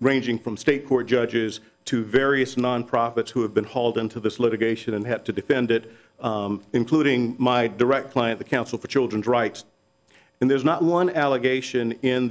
ranging from state court judges to various non profits who have been hauled into this litigation and had to defend it including my direct client the counsel for children's rights and there's not one allegation in